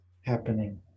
happening